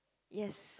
yes